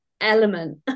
element